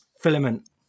filament